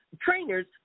trainers